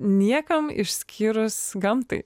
niekam išskyrus gamtai